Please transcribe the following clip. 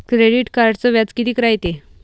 Credit कार्डचं व्याज कितीक रायते?